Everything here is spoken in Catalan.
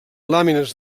làmines